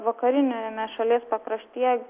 vakariniame šalies pakraštyje